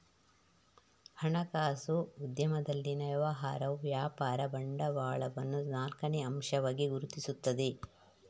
ಹಣಕಾಸು ಉದ್ಯಮದಲ್ಲಿನ ವ್ಯವಹಾರವು ವ್ಯಾಪಾರ ಬಂಡವಾಳವನ್ನು ನಾಲ್ಕನೇ ಅಂಶವಾಗಿ ಗುರುತಿಸುತ್ತದೆ